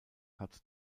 hat